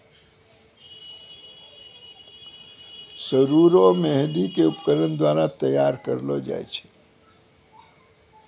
सरु रो मेंहदी के उपकरण द्वारा तैयार करलो जाय छै